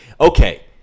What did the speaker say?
okay